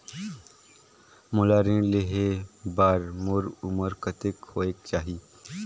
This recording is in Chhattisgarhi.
मोला ऋण लेहे बार मोर उमर कतेक होवेक चाही?